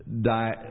die